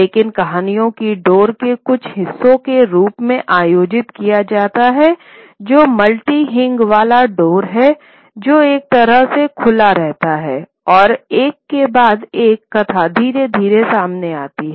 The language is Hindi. लेकिन कहानियों को डोर के कुछ हिस्सों के रूप में आयोजित किया जाता है जो मल्टी हिंग वाला डोर है जो एक तरह से खुलता रहता है और एक के बाद एक कथा धीरे धीरे सामने आती है